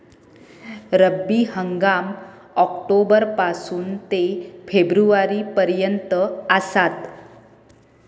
रब्बी हंगाम ऑक्टोबर पासून ते फेब्रुवारी पर्यंत आसात